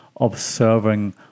observing